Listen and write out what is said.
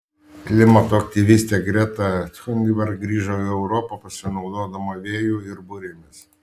klimato aktyvistė greta thunberg grįžo į europą pasinaudodama vėju ir burėmis